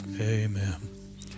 Amen